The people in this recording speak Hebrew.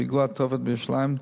פיגוע תופת בירושלים,